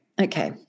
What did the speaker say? Okay